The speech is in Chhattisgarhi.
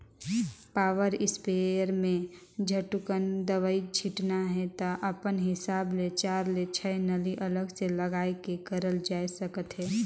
पावर स्पेयर में झटकुन दवई छिटना हे त अपन हिसाब ले चार ले छै नली अलग से लगाये के करल जाए सकथे